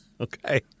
Okay